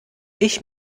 ich